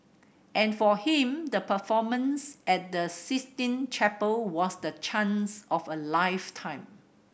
and for him the performance at the Sistine Chapel was the chance of a lifetime